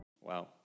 Wow